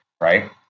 right